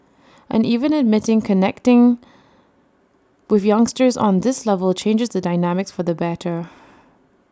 and even admitting connecting with youngsters on this level changes the dynamics for the better